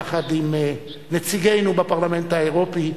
יחד עם נציגנו בפרלמנט האירופי,